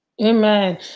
Amen